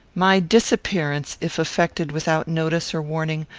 my disappearance, if effected without notice or warning,